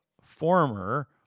former